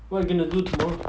what are you gonna do tomorrow